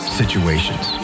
situations